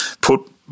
put